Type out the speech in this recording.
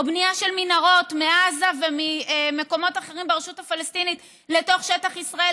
בנייה של מנהרות מעזה וממקומות אחרים ברשות הפלסטינית לתוך שטח ישראל,